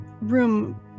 room